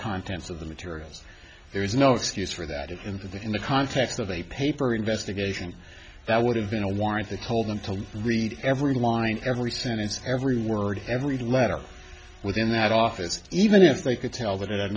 contents of the materials there is no excuse for that if into the in the context of a paper investigation that would have been a warrant that told them to read every line every sentence every word every letter within that office even if they could tell that it had